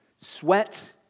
sweat